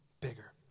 bigger